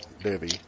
Debbie